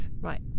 Right